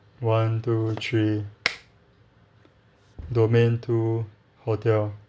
one two three domain two hotel